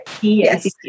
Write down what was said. Yes